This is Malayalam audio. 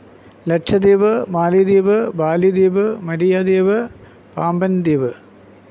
ലക്ഷദ്വീപ് മാലിദ്വീപ് ബാലിദ്വീപ് മരിയാദ്വീപ് പാമ്പന്ദ്വീപ്